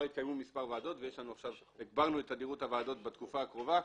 התקיימו מספר ועדות ועכשיו הגבלנו את תדירות הועדות בתקופה הקרובה,